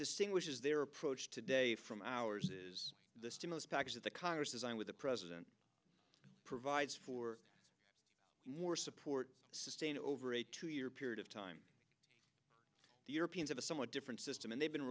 distinguishes their approach today from ours is the stimulus package that the congress designed with the president provides for more support sustain over a two year period of time the europeans have a somewhat different system and they've been